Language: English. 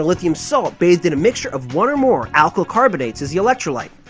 lithium salt bathed in a mixture of one or more alkyl carbonates as the electrolyte.